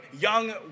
young